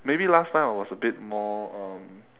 maybe last time I was a bit more um